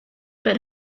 but